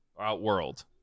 Outworld